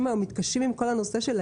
הם קיבלו ריקושטים רבים על כל הנושא הזה,